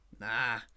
Nah